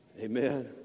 Amen